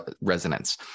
resonance